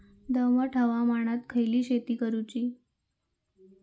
दमट हवामानात खयली शेती करूची?